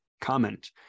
comment